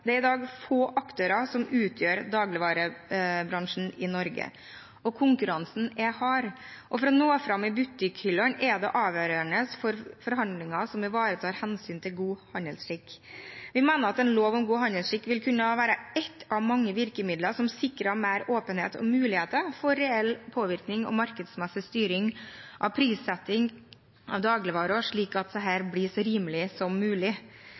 Det er i dag få aktører som utgjør dagligvarebransjen i Norge, og konkurransen er hard. For å nå fram i butikkhyllene er det avgjørende med forhandlinger som ivaretar hensyn til god handelsskikk. Vi mener at en lov om god handelsskikk vil kunne være ett av mange virkemidler som sikrer mer åpenhet og muligheter for reell påvirkning og markedsmessig styring av prissetting av dagligvarer slik at de blir så rimelige som mulig.